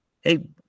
hey